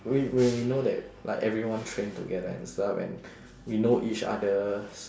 we when we know that like everyone train together and stuff and we know each others